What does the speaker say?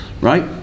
right